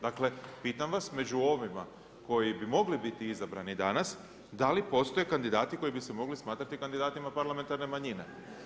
Dakle, pitam vas među ovima koji bi mogli biti izabrani danas, da li postoje kandidati koji bi se mogli smatrati kandidatima parlamentarne manjine?